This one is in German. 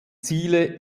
ziele